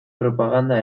propaganda